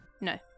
No